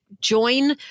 join